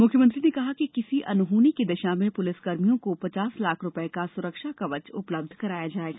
मुख्यमंत्री ने कहा कि किसी अनहोनी की दशा में पुलिसकर्मियों को पचास लाख रुपये का सुरक्षा कवच उपलब्ध कराया जायेगा